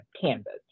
canvas